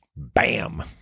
Bam